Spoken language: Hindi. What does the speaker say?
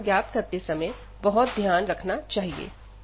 हमें मान ज्ञात करते समय बहुत ध्यान रखना चाहिए